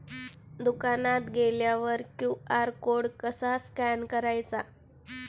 दुकानात गेल्यावर QR code कसा स्कॅन करायचा?